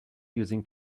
using